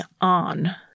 on